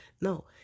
No